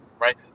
right